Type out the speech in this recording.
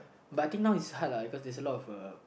but I think now is hard lah because there's a lot of uh